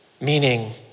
meaning